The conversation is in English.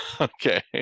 Okay